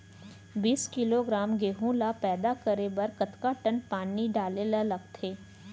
बीस किलोग्राम गेहूँ ल पैदा करे बर कतका टन पानी डाले ल लगथे?